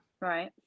Right